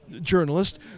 journalist